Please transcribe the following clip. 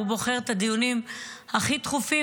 ובוחר את הדיונים הכי דחופים,